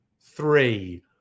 three